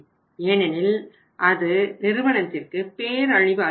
ஏனெனில் அது நிறுவனத்திற்கு பேரழிவு ஆகிவிடும்